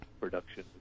production